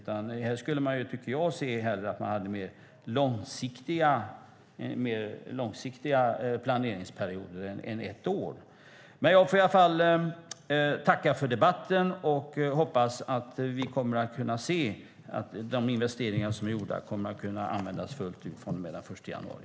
Jag skulle hellre se att man hade mer långsiktiga planeringsperioder än ett år. Jag får i alla fall tacka för debatten. Jag hoppas att vi kommer att kunna se att de investeringar som är gjorda kommer att kunna användas fullt ut från och med den 1 januari.